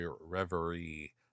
Reverie